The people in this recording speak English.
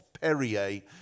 Perrier